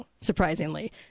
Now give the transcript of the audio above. surprisingly